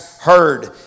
heard